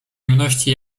jemności